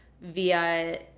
via